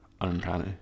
uncanny